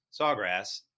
Sawgrass